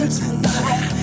tonight